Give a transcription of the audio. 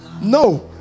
No